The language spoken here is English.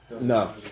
No